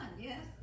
Yes